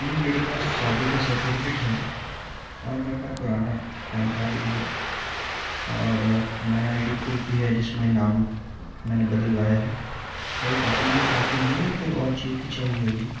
جی میرے پاس شادی کا سرٹیفکیٹ ہے اور میرے پاس پرانا پین کارڈ بھی ہے اور نیا آئی ڈی پروف بھی ہے جس میں نام میں نے بدلوایا ہے یہ ڈاکیومینٹس کافی ہوں گے یا کوئی اور چیز بھی چاہیے ہوگی